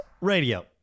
Radio